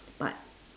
but